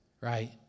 right